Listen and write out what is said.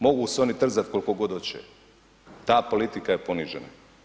Mogu se oni trzat koliko god hoće, ta politika je ponižena.